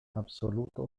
absoluto